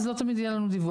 אז לא תמיד יהיה לנו דיווח.